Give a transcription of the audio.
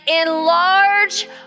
enlarge